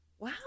Wow